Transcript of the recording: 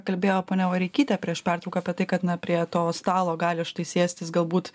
kalbėjo ponia vareikytė prieš pertrauką apie tai kad na prie to stalo gali štai sėstis galbūt